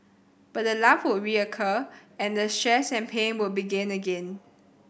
but the lump would reoccur and the stress and pain would begin again